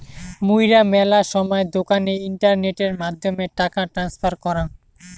মুইরা মেলা সময় দোকানে ইন্টারনেটের মাধ্যমে টাকা ট্রান্সফার করাং